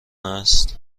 است